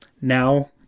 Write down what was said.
now